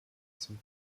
zum